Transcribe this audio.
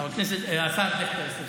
חבר הכנסת, השר דיכטר, סליחה.